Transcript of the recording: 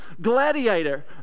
Gladiator